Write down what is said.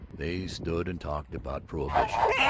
they stood and talked about prohibition.